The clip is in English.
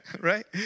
right